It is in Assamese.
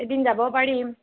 এদিন যাব পাৰিম